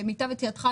למיטב ידיעתך,